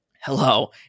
Hello